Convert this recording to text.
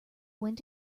went